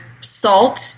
salt